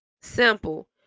Simple